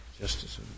Justice